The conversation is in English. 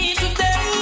today